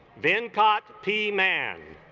then caught p man